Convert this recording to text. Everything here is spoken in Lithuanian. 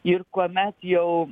ir kuomet jau